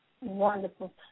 Wonderful